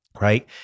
right